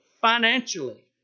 financially